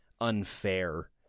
unfair